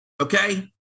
okay